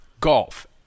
golf